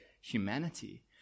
humanity